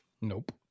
Nope